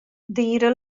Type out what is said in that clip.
dira